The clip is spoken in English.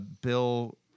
Bill